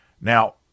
Now